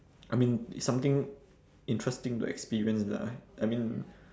I mean something interesting to experience lah I mean